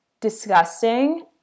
Disgusting